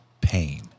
pain